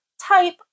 type